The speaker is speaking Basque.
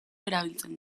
erabiltzen